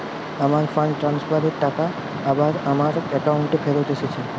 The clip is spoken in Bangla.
আমার ফান্ড ট্রান্সফার এর টাকা আবার আমার একাউন্টে ফেরত এসেছে